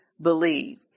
believe